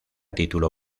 título